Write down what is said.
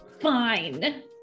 fine